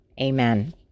Amen